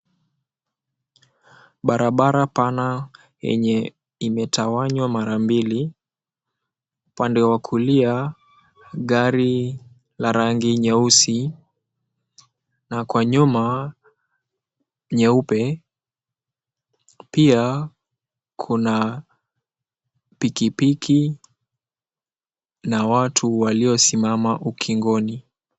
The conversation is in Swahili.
Barabara pana yenye imetawanywa mara mbili upande wa kulia gari la rangi nyeusi na kwa nyuma nyeupe pia kuna pikipiki na watu waliosimama ukingoni.